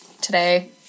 today